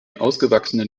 ausgewachsenen